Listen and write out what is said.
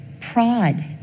prod